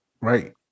Right